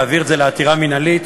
להעביר את זה לעתירה מינהלית,